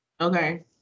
Okay